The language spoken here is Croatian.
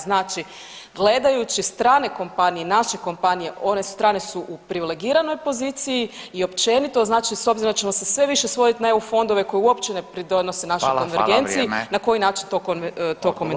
Znači gledajući strane kompanije i naše kompanije one strane su u privilegiranoj poziciji i općenito znači s obzirom da ćemo se sve više svodit na EU fondove koji ne pridonose našoj konvergenciji na koji način to komentirat.